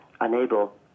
unable